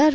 R